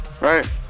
right